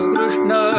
Krishna